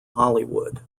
hollywood